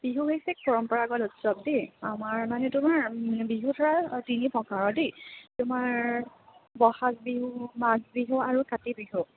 বিহু হৈছে পৰম্পৰাগত উৎসৱ দেই আমাৰ মানে তোমাৰ বিহু ধৰা তিনি প্ৰকাৰৰ দেই তোমাৰ বহাগ বিহু মাঘ বিহু আৰু কাতি বিহু